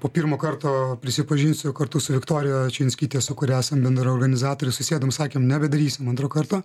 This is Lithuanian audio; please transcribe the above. po pirmo karto prisipažinsiu kartu su viktorija čijunskyte su kuria esam bendraorganizatoriai susėdom sakėm nebedarysim antro karto